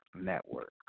Network